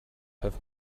have